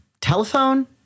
telephone